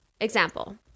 example